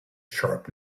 sharp